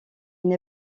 une